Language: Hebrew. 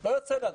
ולא יוצא לנו.